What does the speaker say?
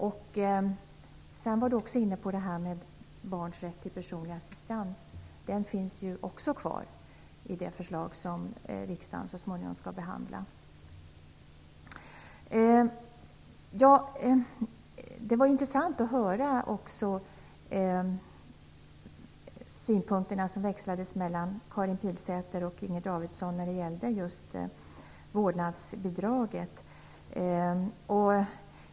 Karin Pilsäter var också inne på barns rätt till personlig assistans. Den finns också kvar i det förslag som riksdagen så småningom skall behandla. Det var intressant att höra synpunkterna som växlades mellan Karin Pilsäter och Inger Davidson när det gällde just vårdnadsbidraget.